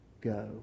go